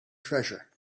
treasure